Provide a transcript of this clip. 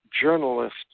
journalist